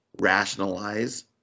rationalize